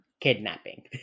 kidnapping